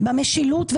במשילות,